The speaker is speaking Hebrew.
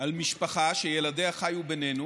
על משפחה, שילדיה חיו בינינו